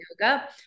yoga